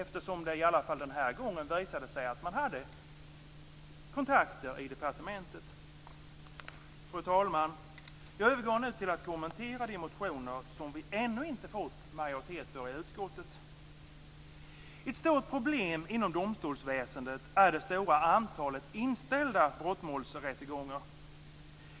I alla fall den här gången har det ju visat sig att man hade kontakter i departementet. Fru talman! Jag övergår nu till att kommentera de motioner för vilka det ännu inte finns en majoritet i utskottet. Ett stort problem inom domstolsväsendet är det stora antalet inställda brottmålsrättegångar.